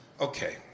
Okay